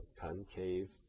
concave